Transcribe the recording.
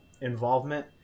involvement